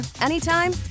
anytime